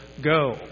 go